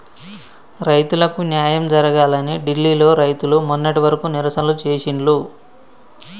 రైతులకు న్యాయం జరగాలని ఢిల్లీ లో రైతులు మొన్నటి వరకు నిరసనలు చేసిండ్లు